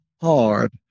hard